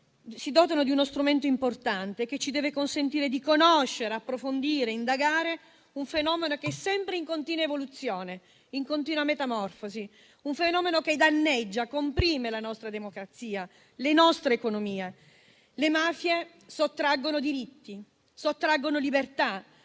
si dotano di uno strumento importante, che ci deve consentire di conoscere, approfondire e indagare un fenomeno che è sempre in continua evoluzione e metamorfosi, che danneggia e comprime la nostra democrazia e le nostre economie. Le mafie sottraggono diritti, libertà